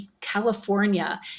California